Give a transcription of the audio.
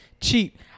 Cheap